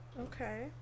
Okay